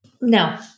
No